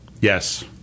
Yes